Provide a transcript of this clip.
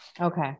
Okay